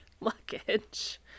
luggage